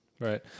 right